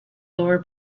lower